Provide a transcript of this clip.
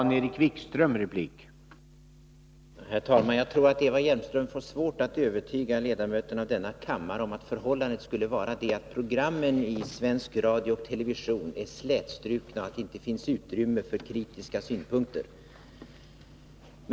Herr talman! Jag tror att Eva Hjelmström får svårt att övertyga ledamöterna av denna kammare om att programmen i svensk radio och television är slätstrukna och att det inte finns utrymme för kritiska synpunkter.